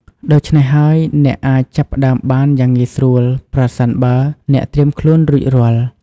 ដូច្នេះហើយ អ្នកអាចចាប់ផ្តើមបានយ៉ាងងាយស្រួល ប្រសិនបើអ្នកត្រៀមខ្លួនរួចរាល់។